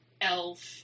elf